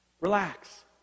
Relax